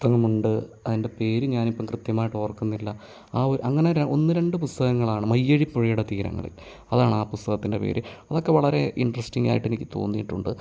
പുസ്തകം ഉണ്ട് അതിൻ്റെ പേര് ഞാൻ ഇപ്പം കൃത്യമായിട്ട് ഓർക്കുന്നില്ല ആ ഒരു അങ്ങനെ ഒന്ന് രണ്ട് പുസ്തകങ്ങളാണ് മയ്യഴിപ്പുഴയുടെ തീരങ്ങളിൽ അതാണ് ആ പുസ്തകത്തിൻ്റെ പേര് അതൊക്കെ വളരെ ഇൻട്രസ്റ്റിംഗ് ആയിട്ട് എനിക്ക് തോന്നിയിട്ടുണ്ട്